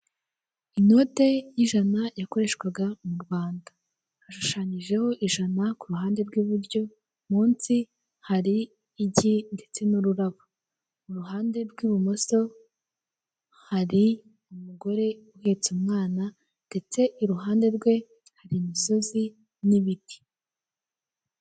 Inote y'ijana yakoreshwaga mu Rwanda, hashushanyijeho ijana ku ruhande rw'iburyo, munsi hari igi ndetse n'ururabo. Mu ruhande rw'ibumoso hari umugore uhetse umwana ndetse iruhande rwe hari imisozi n'ibiti.